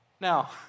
Now